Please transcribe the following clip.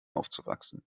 aufzuwachsen